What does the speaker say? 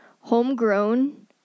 Homegrown